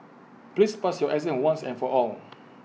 please pass your exam once and for all